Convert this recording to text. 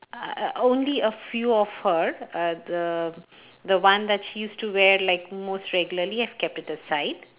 uh only a few of her uh the the one that she used to wear like most regularly I've kept it aside